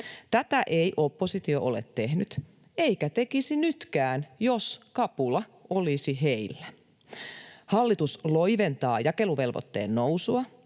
Tätä ei oppositio ole tehnyt eikä tekisi nytkään, jos kapula olisi heillä. Hallitus loiventaa jakeluvelvoitteen nousua,